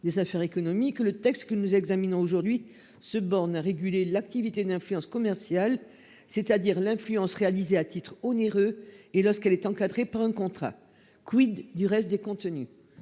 des affaires économiques. Le texte que nous examinons aujourd'hui se borne à réguler l'activité d'influence commerciale, c'est-à-dire l'influence réalisé à titre onéreux et lorsqu'elle est encadrée par un contrat. Quid du reste des contenus.